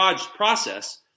process